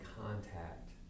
contact